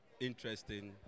interesting